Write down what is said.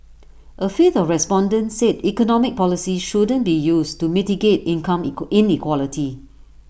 A fifth of respondents said economic policies shouldn't be used to mitigate income inequality